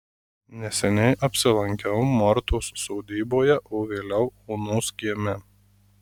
neseniai apsilankiau mortos sodyboje o vėliau onos kieme